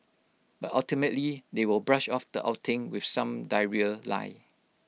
but ultimately they will brush off the outing with some diarrhoea lie